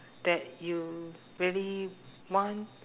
that you really want